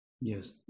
Yes